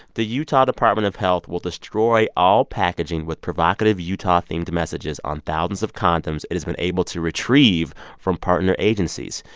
the utah department of health will destroy all packaging with provocative utah-themed messages on thousands of condoms it has been able to retrieve from partner agencies.